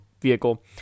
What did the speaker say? vehicle